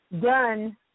done